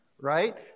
right